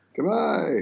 Goodbye